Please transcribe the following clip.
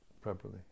properly